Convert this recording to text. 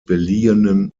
beliehenen